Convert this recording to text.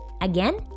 Again